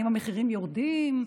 האם המחירים יורדים?